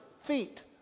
feet